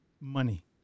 money